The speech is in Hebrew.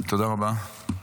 תודה רבה.